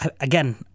again